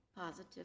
positive